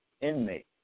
inmate